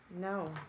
No